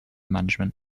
management